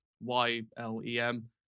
Y-L-E-M